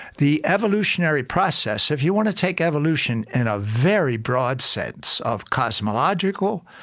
the evolutionary process if you want to take evolution in a very broad sense of cosmological,